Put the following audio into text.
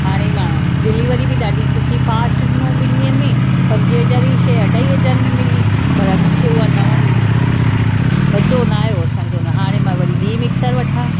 हाणे मां डिलीवरी बि ॾाढी सुठी फास्ट ॾिञूं ॿिनि ॾींहंनि में पंजे हज़ार जी शइ अढाई हज़ार में मिली पर मूंखे हूअ न वणी मज़ो न आयो असांखे हुनि हाणे मां वरी ॿी मिक्सर वठां